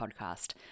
Podcast